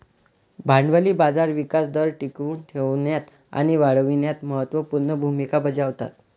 भांडवली बाजार विकास दर टिकवून ठेवण्यात आणि वाढविण्यात महत्त्व पूर्ण भूमिका बजावतात